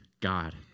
God